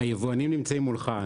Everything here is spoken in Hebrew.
היבואנים נמצאים מולך.